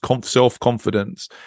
self-confidence